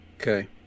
Okay